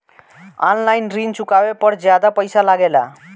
आन line ऋण चुकावे पर ज्यादा पईसा लगेला?